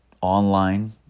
online